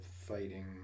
fighting